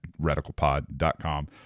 RadicalPod.com